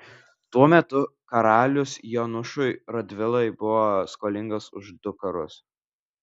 tuo metu karalius jonušui radvilai buvo skolingas už du karus